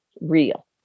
real